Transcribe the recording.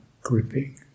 gripping